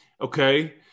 Okay